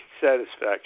satisfaction